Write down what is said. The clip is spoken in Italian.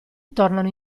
tornano